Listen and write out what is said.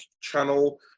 channel